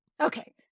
Okay